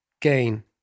gain